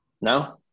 No